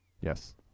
Yes